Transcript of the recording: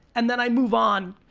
and then i move on.